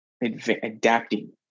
adapting